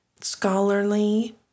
scholarly